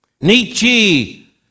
Nietzsche